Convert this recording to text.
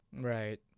Right